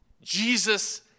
Jesus